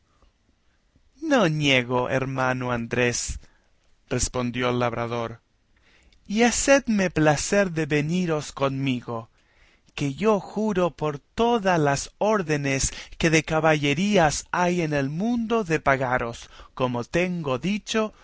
no niego hermano andrés respondió el labrador y hacedme placer de veniros conmigo que yo juro por todas las órdenes que de caballerías hay en el mundo de pagaros como tengo dicho